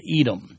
Edom